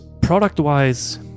product-wise